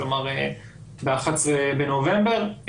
כלומר ב-11 בנובמבר.